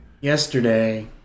Yesterday